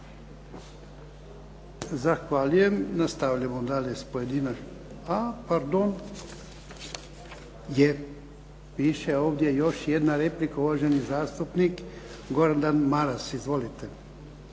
Zahvaljujem. Nastavljamo dalje s pojedinačnom. A pardon, je, piše ovdje još jedna replika, uvaženi zastupnik Gordan Maras. Izvolite.